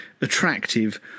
attractive